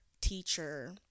teacher